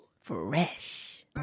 Fresh